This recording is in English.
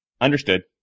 Understood